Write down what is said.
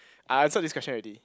I answered this question already